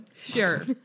Sure